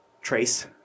Trace